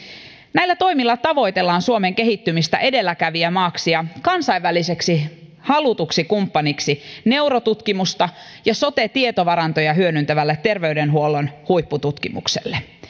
näillä toimilla tavoitellaan suomen kehittymistä edelläkävijämaaksi ja kansainväliseksi halutuksi kumppaniksi neurotutkimusta ja sote tietovarantoja hyödyntävälle terveydenhuollon huippututkimukselle